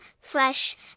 fresh